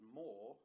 more